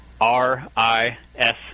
R-I-S-